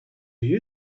you